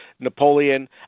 Napoleon